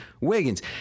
Wiggins